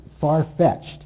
far-fetched